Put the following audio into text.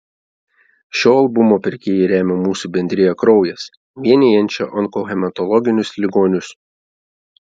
šio albumo pirkėjai remia mūsų bendriją kraujas vienijančią onkohematologinius ligonius